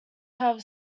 have